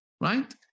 right